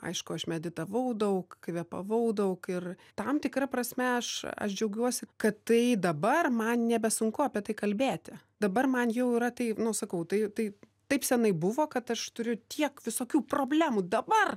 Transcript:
aišku aš meditavau daug kvėpavau daug ir tam tikra prasme aš aš džiaugiuosi kad tai dabar man nebesunku apie tai kalbėti dabar man jau yra tai nu sakau tai tai taip senai buvo kad aš turiu tiek visokių problemų dabar